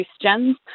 questions